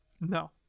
no